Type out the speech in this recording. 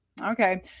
okay